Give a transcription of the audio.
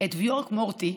את ויווק מרתי,